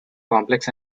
complex